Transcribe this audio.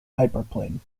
hyperplane